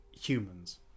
humans